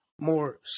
more